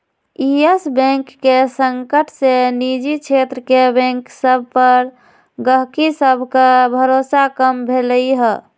इयस Bank के संकट से निजी क्षेत्र के बैंक सभ पर गहकी सभके भरोसा कम भेलइ ह